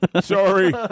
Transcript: Sorry